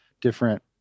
Different